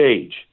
age